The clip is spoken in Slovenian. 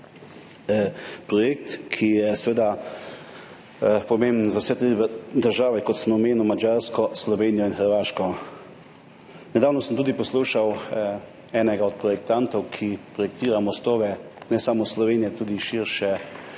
projekt, ki je pomemben za vse tri države, kot sem omenil, Madžarsko, Slovenijo in Hrvaško. Nedavno sem tudi poslušal enega od projektantov, ki projektira mostove ne samo v Sloveniji, temveč tudi širše,